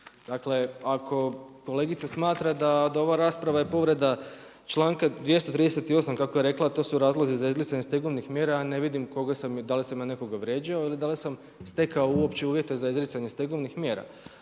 dakle ako kolegica smatra da ova rasprava je povreda članka 238., kako je rekla, to su razlozi za izricanje stegovnih mjera, ja ne vidim koga sam i da li sam ja nekoga vrijeđao, ili da li sam stekao uopće uvjete za izricanje mjera.